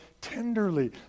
tenderly